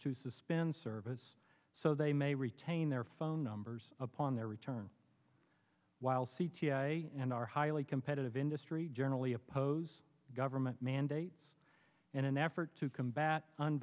to suspend service so they may retain their phone numbers upon their return while c t a and our highly competitive industry generally oppose government mandates and an f to combat